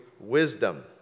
wisdom